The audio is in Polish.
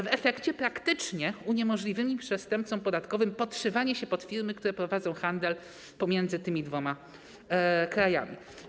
W efekcie praktycznie uniemożliwimy przestępcom podatkowym podszywanie się pod firmy, które prowadzą handel pomiędzy tymi dwoma krajami.